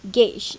gauge